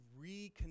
reconnect